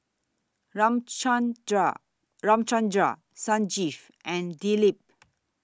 Ramchundra Ramchundra Sanjeev and Dilip